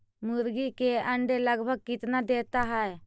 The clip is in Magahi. मुर्गी के अंडे लगभग कितना देता है?